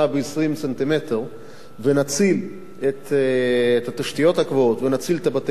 ס"מ ונציל את התשתיות ונציל את בתי-המלון,